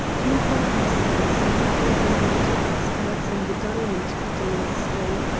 came from amsterdam some dozen noted experts in the diamond-cutting industry.